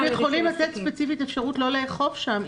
אבל אתם יכולים לתת ספציפית אפשרות לא לאכוף שם,